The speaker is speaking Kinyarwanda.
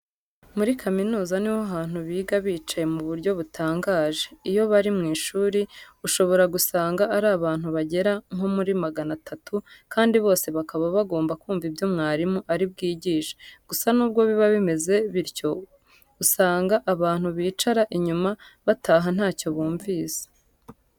Muri kaminuza ni ho hantu biga bicaye mu buryo butangaje. Iyo bari mu ishuri ushobora gusanga ari abantu bagera nko muri magana atatu kandi bose bakaba bagomba kumva ibyo mwarimu ari bwigishe. Gusa nubwo biba bimeze bityo usanga abantu bicara inyuma bataha ntacyo bumvise.